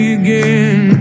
again